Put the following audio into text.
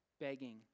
begging